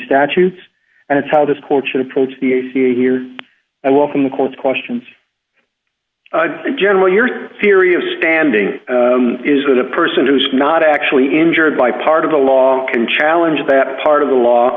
statutes and it's how this court should approach the a c a here a local court questions in general your theory of standing is that a person who's not actually injured by part of the law can challenge that part of the law